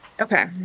Okay